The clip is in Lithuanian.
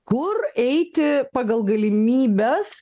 kur eiti pagal galimybes